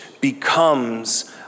becomes